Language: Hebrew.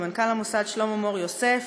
למנכ"ל המוסד שלמה מור-יוסף,